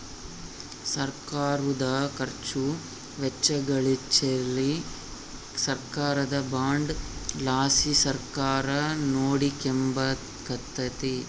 ಸರ್ಕಾರುದ ಖರ್ಚು ವೆಚ್ಚಗಳಿಚ್ಚೆಲಿ ಸರ್ಕಾರದ ಬಾಂಡ್ ಲಾಸಿ ಸರ್ಕಾರ ನೋಡಿಕೆಂಬಕತ್ತತೆ